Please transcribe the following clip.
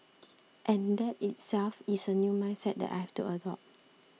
and that in itself is a new mindset that I have to adopt